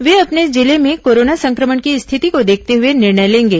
वे अपने जिले में कोरोना संक्रमण की स्थिति को देखते हुए निर्णय लेंगे